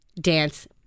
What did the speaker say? dance